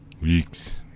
Weeks